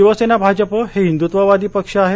शिवसेना भाजप हे हिंदुत्ववादी पक्ष आहेत